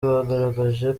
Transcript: bagaragaje